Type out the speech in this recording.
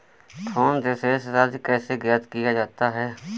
Phone से शेष राशि कैसे ज्ञात किया जाता है?